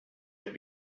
had